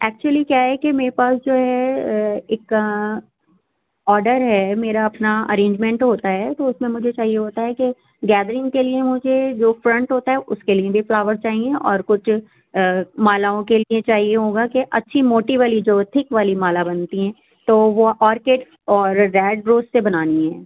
actually کیا ہے کہ میرے پاس جو ہے ایک آرڈر ہے میرا اپنا ارینجمنٹ ہوتا ہے تو اُس میں مجھے چاہیے ہوتا ہے کہ گیدرنگ کے لئے مجھے جو فرنٹ ہوتا ہے اُس کے لئے بھی فلاورس چاہئیں اور کچھ مالاؤں کے لئے چاہیے ہوگا کہ اچھی موٹی والی جو تھک والی مالا بنتی ہیں تو وہ اورکڈ اور ریڈ روز سے بنانی ہیں